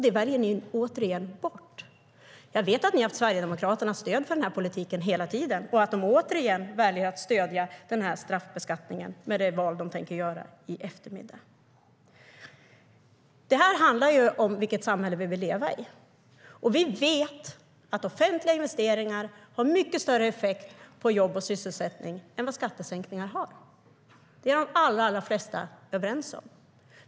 Det väljer ni återigen bort. Det här handlar om vilket samhälle vi vill leva i. Och vi vet att offentliga investeringar har mycket större effekt på jobb och sysselsättning än vad skattesänkningar har. Det är de allra flesta överens om.